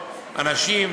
אנשים,